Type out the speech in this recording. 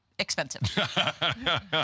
expensive